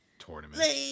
tournament